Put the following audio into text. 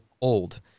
old